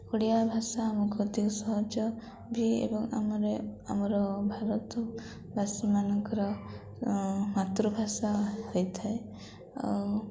ଓଡ଼ିଆ ଭାଷା ଆମକୁ ଅଧିକ ସହଜ ବି ଏବଂ ଆମର ଆମର ଭାରତବାସୀମାନଙ୍କର ମାତୃଭାଷା ହୋଇଥାଏ ଆଉ